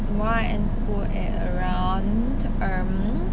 tomorrow I end school at around um